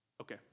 Okay